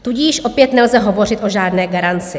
Tudíž opět nelze hovořit o žádné garanci.